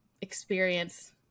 experience